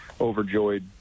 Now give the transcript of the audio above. overjoyed